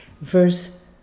Verse